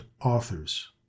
authors